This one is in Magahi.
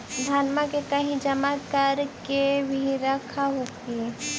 धनमा के कहिं जमा कर के भी रख हू की?